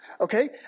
Okay